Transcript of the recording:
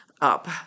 up